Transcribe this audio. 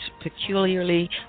peculiarly